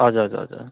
हजुर हजुर हजर